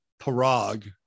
Parag